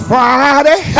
Friday